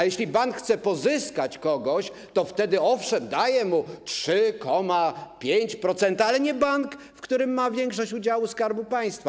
Jeśli bank chce pozyskać kogoś, to wtedy, owszem, daje mu 3,5%, ale nie bank, w którym ma większość udziału Skarb Państwa.